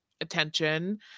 attention